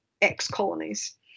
ex-colonies